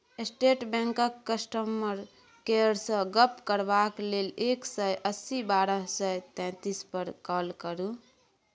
state बैंकक customer केयरसँ गप्प करबाक लेल एक सय अस्सी बारह सय चौतीस पर काँल करु